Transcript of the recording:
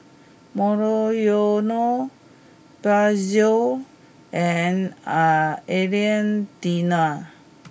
Monoyono Pezzo and are Alain Delon